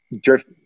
drift